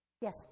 Yes